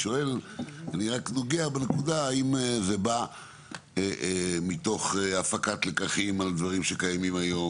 אני רק נוגע בנקודה האם זה בא מתוך הפקת לקחים על דברים שקיימים היום,